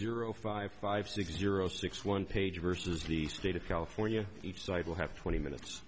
zero five five six zero six one page versus the state of california each side will have twenty minutes